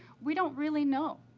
we don't really know,